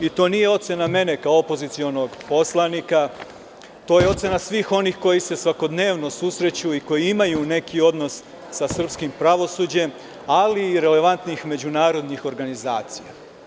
Nije to moja ocena, kao opozicionih poslanika, to je ocena svih onih koji se svakodnevno susreću i koji imaju neki odnos sa srpskim pravosuđem, ali i relevantnih međunarodnih organizacija.